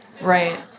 Right